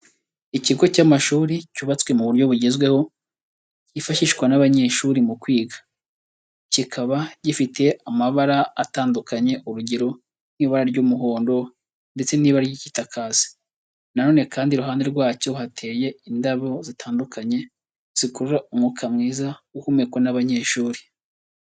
Ikigo cy'amashuri cyubatswe mu buryo bugezweho cyifashishwa n'abanyeshuri mu kwiga, kikaba gifite amabara atandukanye urugero, nk'ibara ry'umuhondo ndetse n'ibara ry'igitaka hasi, na none kandi iruhande rwacyo hateye indabo zitandukanye zikurura umwuka mwiza uhumekwa n'abanyeshuri.